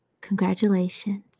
Congratulations